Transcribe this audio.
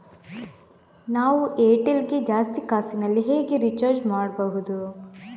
ನಾವು ಏರ್ಟೆಲ್ ಗೆ ಜಾಸ್ತಿ ಕಾಸಿನಲಿ ಹೇಗೆ ರಿಚಾರ್ಜ್ ಮಾಡ್ಬಾಹುದು?